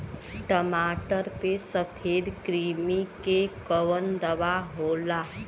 टमाटर पे सफेद क्रीमी के कवन दवा होला?